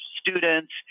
students